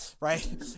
right